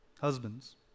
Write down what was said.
Husbands